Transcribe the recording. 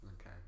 Okay